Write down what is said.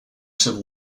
civil